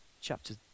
chapter